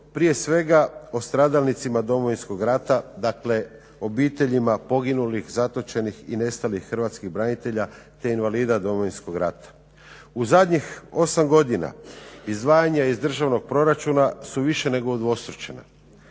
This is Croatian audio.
prije svega o stradalnicima Domovinskog rata, dakle obiteljima poginulih, zatočenih i nestalih hrvatskih branitelja, te invalida Domovinskog rata. U zadnjih osam godina izdvajanja iz Državnog proračuna su više nego udvostručena,